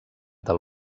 del